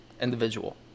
Individual